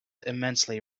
immensely